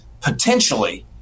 potentially